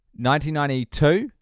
1992